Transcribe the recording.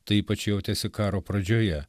tai ypač jautėsi karo pradžioje